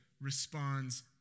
responds